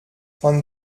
von